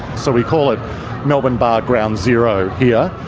so we call it melbourne bar ground zero here.